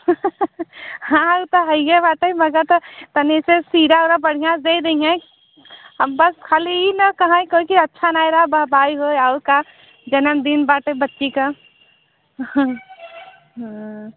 हाँ त हइए बाटे मगर तनिक सिरा विरा बढ़िया से दई दे हैं बस खाली ये न काहें कोई कि अच्छा नहीं रहे बरबाद होए और का जनमदिन बाटे बच्ची का हाँ